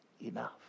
enough